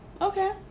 Okay